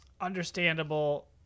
understandable